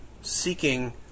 seeking